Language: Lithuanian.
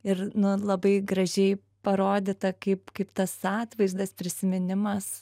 ir nu labai gražiai parodyta kaip kaip tas atvaizdas prisiminimas